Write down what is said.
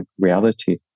reality